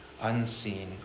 unseen